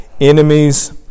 enemies